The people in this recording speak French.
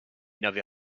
n’avez